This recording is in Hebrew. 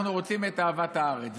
אנחנו רוצים את אהבת הארץ.